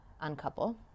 uncouple